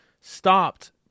stopped